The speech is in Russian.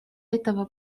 этого